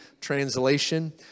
translation